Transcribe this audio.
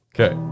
Okay